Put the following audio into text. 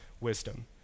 wisdom